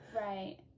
right